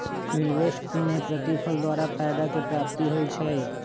निवेश में प्रतिफल द्वारा फयदा के प्राप्ति होइ छइ